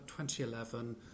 2011